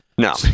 No